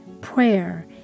prayer